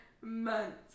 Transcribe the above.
months